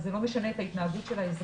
זה לא משנה את ההתנהגות של האזרח.